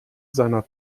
seiner